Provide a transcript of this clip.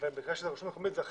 ובגלל שזאת רשות מקומית, זה אחרת.